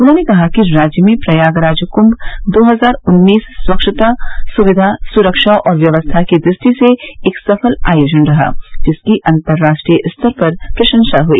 उन्होंने कहा कि राज्य में प्रयागराज कुंग दो हजार उन्नीस स्वच्छता सुविधा सुरक्षा और व्यवस्था की दृष्टि से एक सफल आयोजन रहा जिसकी अन्तर्राष्ट्रीय स्तर पर प्रशंसा हुई